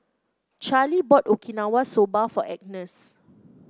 Charley bought Okinawa Soba for Agness